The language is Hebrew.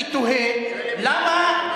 אני תוהה למה,